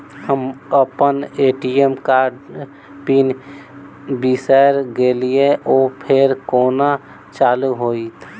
हम अप्पन ए.टी.एम कार्डक पिन बिसैर गेलियै ओ फेर कोना चालु होइत?